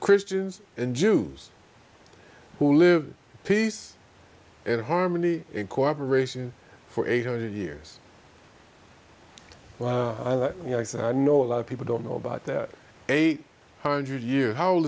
christians and jews who live in peace and harmony and cooperation for eight hundred years you know i know a lot of people don't know about that eight hundred year how